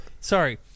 sorry